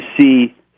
see